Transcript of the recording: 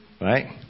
Right